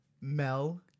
Mel